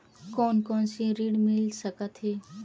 कोन कोन से ऋण मिल सकत हे?